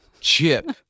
Chip